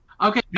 Okay